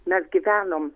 mes gyvenome